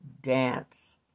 Dance